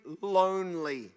lonely